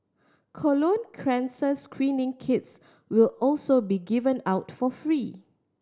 colon cancer screening kits will also be given out for free